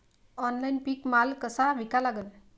Online पीक माल कसा विका लागन?